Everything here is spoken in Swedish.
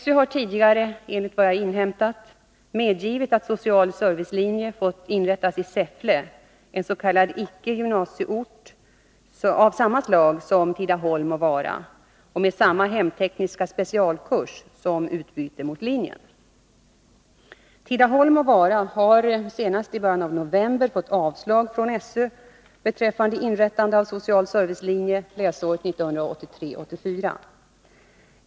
SÖ har tidigare, enligt vad jag inhämtat, medgivit att social servicelinje fått inrättas i Säffle, en s.k. icke-gymnasieort av samma slag som Tidaholm och Vara och med samma hemtekniska specialkurs som utbyte mot linjen. Tidaholm och Vara har senast i början av november fått avslag från SÖ beträffande inrättande av social servicelinje läsåret 1983/84.